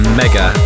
mega